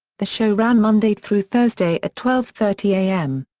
the show ran monday through thursday at twelve thirty a m.